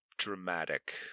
Dramatic